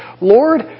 Lord